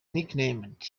nicknamed